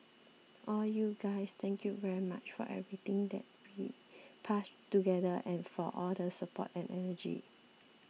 all you guys thank you very much for everything that we passed together and for all the support and energy